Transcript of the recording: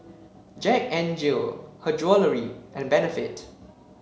Jack N Jill Her Jewellery and Benefit